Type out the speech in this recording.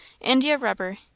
india-rubber